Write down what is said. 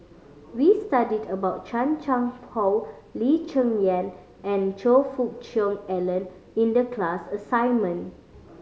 we studied about Chan Chang How Lee Cheng Yan and Choe Fook Cheong Alan in the class assignment